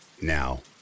Now